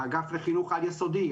האגף לחינוך על-יסודי,